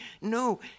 No